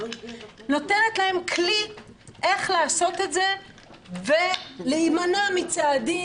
נותנת להם כלי איך לעשות את זה ולהימנע מצעדים,